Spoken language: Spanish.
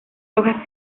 rojas